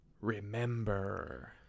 remember